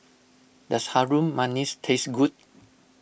does Harum Manis taste good